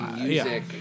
music